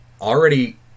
already